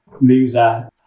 loser